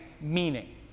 meaning